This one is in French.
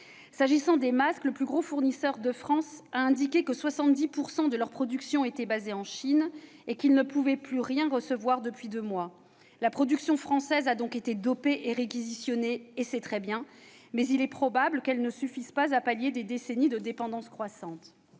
S'agissant des masques, le plus gros fournisseur de France a indiqué que 70 % de sa production était basée en Chine, et qu'il ne pouvait plus rien recevoir depuis deux mois. La production française a donc été dopée et réquisitionnée : c'est fort bien, mais il est probable qu'elle ne suffise pas à pallier des décennies de dépendance croissante.